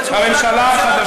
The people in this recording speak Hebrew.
אבל זה הוחלט בממשלה הקודמת,